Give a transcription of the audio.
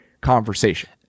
conversation